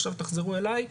עכשיו תחזרו אליי,